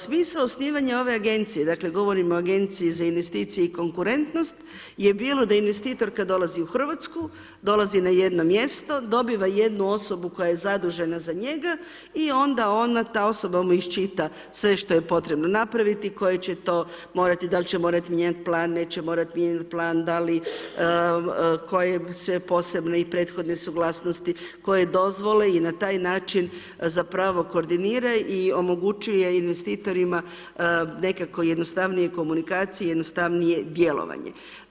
Smisao osnivanja ove agencije, dakle govorim o Agenciji za investicije i konkurentnost je bilo da investitor kad dolazi u Hrvatsku dolazi na jedno mjesto, dobiva jednu osobu koja je zadužena za njega i onda ona, ta osoba mu iščita sve što je potrebno napraviti, koje će to morati, da li će morati mijenjati plan, neće morat mijenjat plan, da li koje sve posebne i prethodne suglasnosti, koje dozvole i na taj način zapravo koordinira i omogućuje investitorima nekako jednostavnije komunikacije jednostavnije djelovanje.